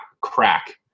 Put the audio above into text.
crack